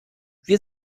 wir